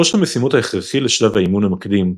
ראש המשימות הכרחי לשלב האימון המקדים,